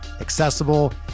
accessible